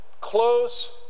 close